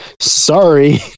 sorry